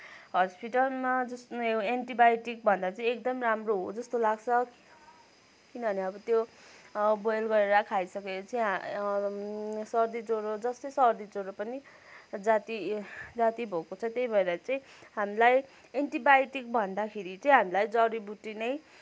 हस्पिटलमा जसमा यो एन्टिबायोटिकभन्दा चाहिँ एकदम राम्रो हो जस्तो लाग्छ किनभने अब त्यो बोइल गरेर खाइसकेपछि सर्दी ज्वरो जस्तै सर्दी ज्वरो पनि जाती जाती भएको छ त्यही भएर चाहिँ हामीलाई एन्टिबायोटिक भन्दाखेरि चाहिँ हामीलाई जडीबुटी नै